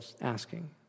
Asking